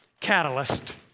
Catalyst